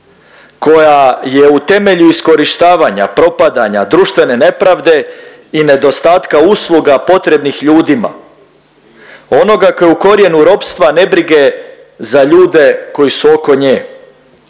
koja je u temelju iskorištavanja, propadanja, društvene nepravde i nedostatka usluga potrebnih ljudima, onoga koji je u korijenu ropstva nebrige za ljude koji su oko nje.